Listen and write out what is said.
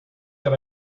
that